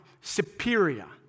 superior